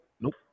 nope